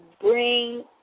bring